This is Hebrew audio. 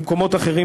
במקומות אחרים,